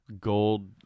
gold